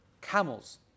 camels